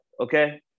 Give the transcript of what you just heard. okay